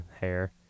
hair